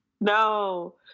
No